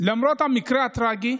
למרות המקרה הטרגי,